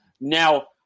now